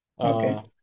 Okay